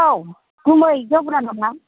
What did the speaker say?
औ गुमै गावबुरा नामा